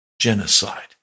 Genocide